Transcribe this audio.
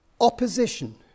opposition